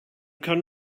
kann